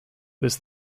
was